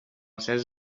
cents